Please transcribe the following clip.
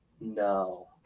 No